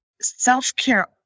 Self-care